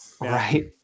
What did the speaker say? Right